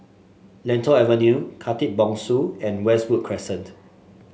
Lentor Avenue Khatib Bongsu and Westwood Crescent